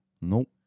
Nope